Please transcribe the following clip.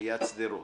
ליד שדרות.